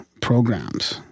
programs-